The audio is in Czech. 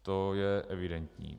To je evidentní.